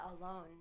alone